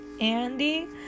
Andy